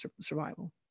survival